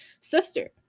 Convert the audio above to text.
sister